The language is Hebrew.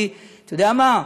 אתה יודע מה?